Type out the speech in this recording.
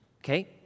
Okay